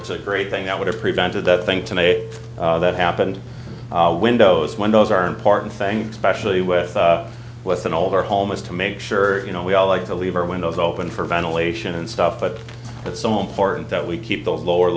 that's a great thing that would have prevented that thing to me that happened windows windows are important thing specially with weston all of our home is to make sure you know we all like to leave our windows open for ventilation and stuff but it's so important that we keep those lower